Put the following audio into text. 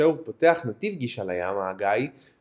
כאשר הוא פותח נתיב גישה לים האגאי בהגיעו